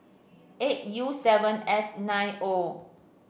eight U seven S nine O